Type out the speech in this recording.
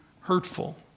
hurtful